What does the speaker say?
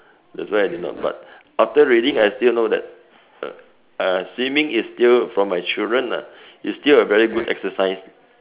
that's why I did not but after reading I still know that uh swimming is still for my children lah is still a very good exercise